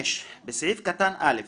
5. בסעיף קטן (א),